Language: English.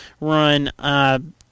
run